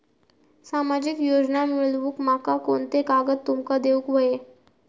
सामाजिक योजना मिलवूक माका कोनते कागद तुमका देऊक व्हये?